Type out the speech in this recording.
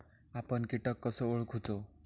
आपन कीटक कसो ओळखूचो?